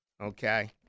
okay